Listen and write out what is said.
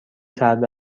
سرد